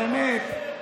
באמת,